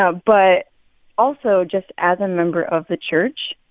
ah but also, just as a member of the church,